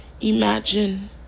imagine